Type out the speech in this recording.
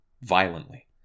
violently